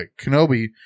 Kenobi